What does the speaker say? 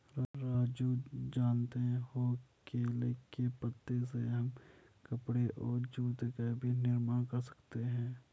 राजू जानते हो केले के पत्ते से हम कपड़े और जूते का भी निर्माण कर सकते हैं